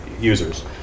users